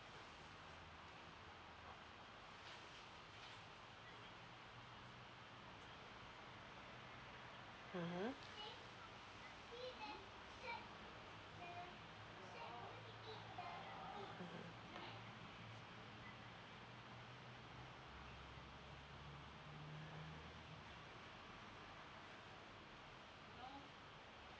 mmhmm